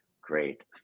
great